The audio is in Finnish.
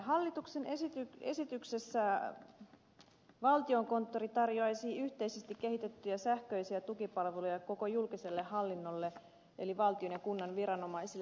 hallituksen esityksessä valtiokonttori tarjoaisi yhteisesti kehitettyjä sähköisiä tukipalveluja koko julkiselle hallinnolle eli valtion ja kunnan viranomaisille